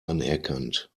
anerkannt